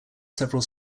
several